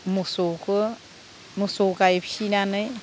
मोसौखौ मोसौ गाय फिसिनानै